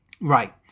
Right